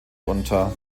unter